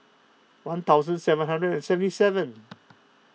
one thousand seven hundred and seventy seven